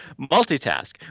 multitask